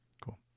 Cool